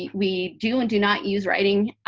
we do and do not use writing.